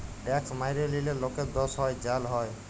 tax ম্যাইরে লিলে লকের দস হ্যয় জ্যাল হ্যয়